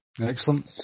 Excellent